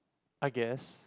I guess